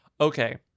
Okay